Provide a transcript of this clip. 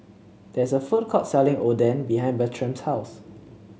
there is a food court selling Oden behind Bertram's house